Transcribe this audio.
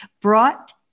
brought